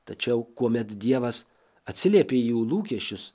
tačiau kuomet dievas atsiliepė į jų lūkesčius